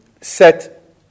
set